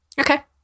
Okay